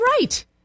right